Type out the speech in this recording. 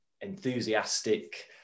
enthusiastic